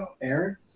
Aaron